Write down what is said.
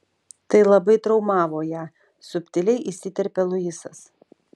tai labai traumavo ją subtiliai įsiterpia luisas